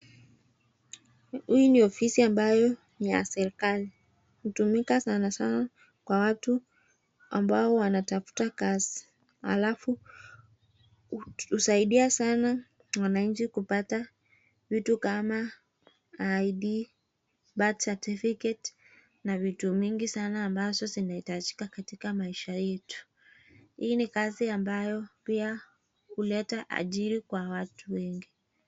Hii ni ofisi ambayo ni ya serekali hutumika sana sana kwa watu ambao wanatafuta kazi alafu husaidia sana wananchi kupata vitu kama ID birth certificate ni vitu vingi sana ambazo zinahitajika katika maisha yetu. Hii ni kazi ambayo pia huleta ajira kwa watu wengi.